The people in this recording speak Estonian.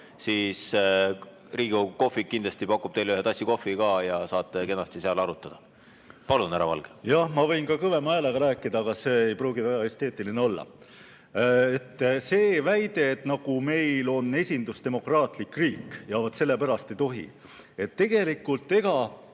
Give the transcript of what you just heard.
Riigikogu kohvik kindlasti pakub teile ühe tassi kohvi ka ja saate kenasti seal arutada. Palun, härra Valge! Jah, ma võin ka kõvema häälega rääkida, aga see ei pruugi väga esteetiline olla. See väide, et meil on esindusdemokraatlik riik ja vaat sellepärast ei tohi – tegelikult ega